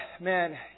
man